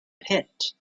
pit